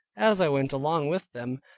as i went along with them,